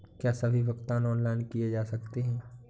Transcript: क्या सभी भुगतान ऑनलाइन किए जा सकते हैं?